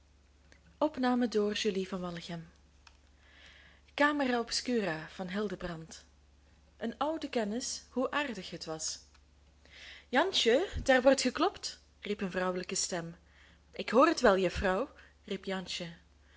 hoe aardig het was jansje daar wordt geklopt riep een vrouwelijke stem ik hoor het wel juffrouw riep jansje